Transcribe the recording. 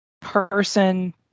person